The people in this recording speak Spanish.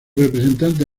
representante